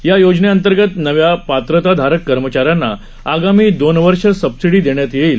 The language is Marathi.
या योजनेअंतर्गत नव्या पात्रताधारक कर्मचाऱ्यांना आगामी दोन वर्ष सबसीडी देण्यात येईल